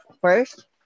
First